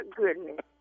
goodness